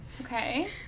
Okay